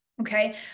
okay